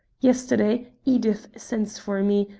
yesterday edith sends for me,